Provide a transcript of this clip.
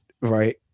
right